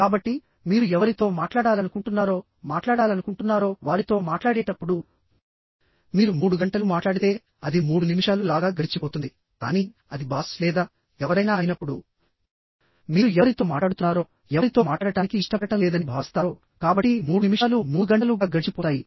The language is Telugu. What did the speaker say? కాబట్టిమీరు ఎవరితో మాట్లాడాలనుకుంటున్నారోమాట్లాడాలనుకుంటున్నారో వారితో మాట్లాడేటప్పుడు మీరు 3 గంటలు మాట్లాడితే అది 3 నిమిషాలు లాగా గడిచిపోతుంది కానీ అది బాస్ లేదా ఎవరైనా అయినప్పుడు మీరు ఎవరితో మాట్లాడుతున్నారోఎవరితో మాట్లాడటానికి ఇష్టపడటం లేదని భావిస్తారోకాబట్టి 3 నిమిషాలు 3 గంటలు గా గడిచిపోతాయి